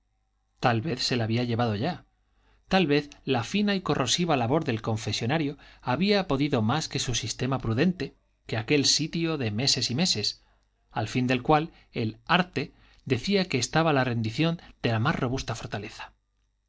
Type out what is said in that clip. tal vez se la había llevado ya tal vez la fina y corrosiva labor del confesonario había podido más que su sistema prudente que aquel sitio de meses y meses al fin del cual el arte decía que estaba la rendición de la más robusta fortaleza